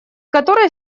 которыми